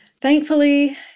Thankfully